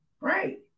Right